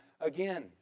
again